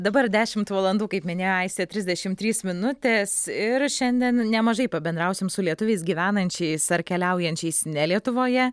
dabar dešimt valandų kaip minėjo aistė trisdešim trys minutės ir šiandien nemažai pabendrausim su lietuviais gyvenančiais ar keliaujančiais ne lietuvoje